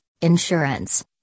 insurance